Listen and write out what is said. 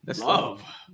Love